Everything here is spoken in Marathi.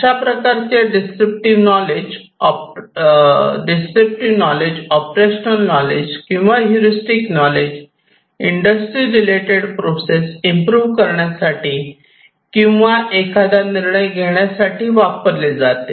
अशा प्रकारचे डिस्क्रिप्टिव्ह नॉलेज ऑपरेशनल नॉलेज किंवा heuristic knowledge industry related process improve करण्यासाठी किंवा एखादा निर्णय घेण्यासाठी वापरले जाते